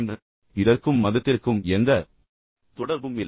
முதலாவதாக இதற்கும் மதத்திற்கும் எந்த தொடர்பும் இல்லை